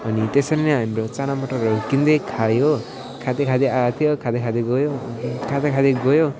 अनि त्यसरी नै हाम्रो चनामटरहरू किन्दै खायो खाँदै खाँदै आएको थियो खाँदै खाँदै गयो खाँदा खाँदै गयो